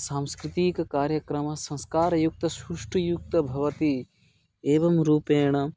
सांस्कृतिककार्यक्रमः संस्कारयुक्तः सृष्टियुक्तः भवति एवं रूपेण